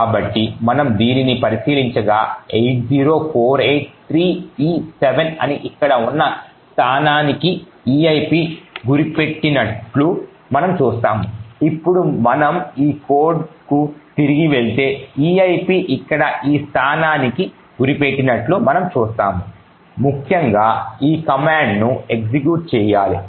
కాబట్టి మనము దీనిని పరిశీలించగా 80483e7 అని ఇక్కడ ఉన్న ఒక స్థానానికి eip గురిపెట్టినట్లు మనం చూస్తాము ఇప్పుడు మనం ఈ కోడ్కు తిరిగి వెళితే eip ఇక్కడ ఈ స్థానానికి గురిపెట్టినట్లు మనం చూస్తాము ముఖ్యంగా ఈ కమాండ్ను ఎగ్జిక్యూట్ చేయాలి